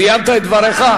סיימת את דבריך?